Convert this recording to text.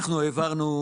אנחנו העברנו,